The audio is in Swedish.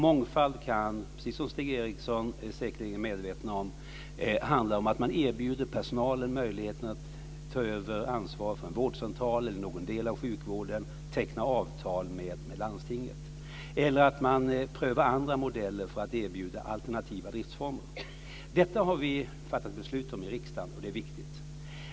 Mångfald kan, precis som Stig Eriksson säkerligen är medveten om, handla om att man erbjuder personalen möjligheten att ta över ansvar för en vårdcentral eller någon del av sjukvården och teckna avtal med landstinget. Det kan också handla om att man prövar andra modeller för att erbjuda alternativa driftsformer. Detta har vi fattat beslut om i riksdagen, och det är viktigt.